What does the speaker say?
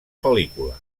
pel·lícula